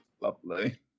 Lovely